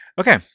Okay